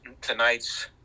tonight's